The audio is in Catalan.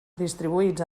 distribuïts